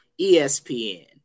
ESPN